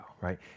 right